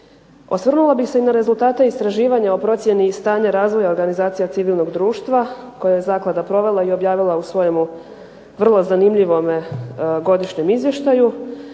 Osvrnula bih se i na rezultate istraživanja o procjeni i stanju razvoja organizacija civilnog društva koje je zaklada provela i objavila u svojemu vrlo zanimljivome godišnjem izvještaju.